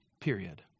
period